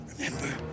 remember